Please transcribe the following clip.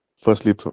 Firstly